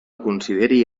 consideri